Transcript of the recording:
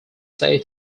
said